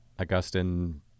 Augustine